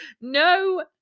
no